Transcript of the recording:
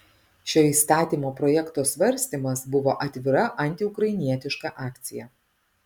šio įstatymo projekto svarstymas buvo atvira antiukrainietiška akcija